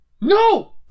No